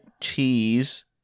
cheese